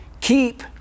keep